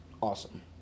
awesome